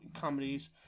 comedies